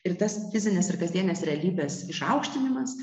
ir tas fizinės ir kasdienės realybės išaukštinimas